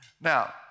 Now